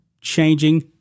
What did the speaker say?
changing